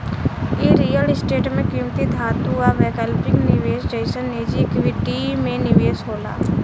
इ real estate में किमती धातु आ वैकल्पिक निवेश जइसन निजी इक्विटी में निवेश होला